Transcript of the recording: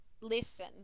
listen